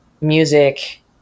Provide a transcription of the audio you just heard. music